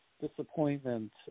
disappointment